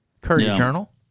Courier-Journal